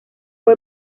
fue